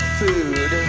food